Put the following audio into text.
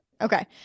Okay